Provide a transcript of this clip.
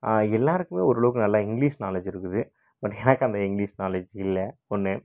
எல்லோருக்குமே ஓரளவுக்கு நல்லா இங்க்லீஸ் நாலேஜ் இருக்குது பட் எனக்கு அந்த இங்க்லீஸ் நாலேஜ் இல்லை ஒன்று